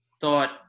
thought